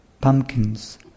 pumpkins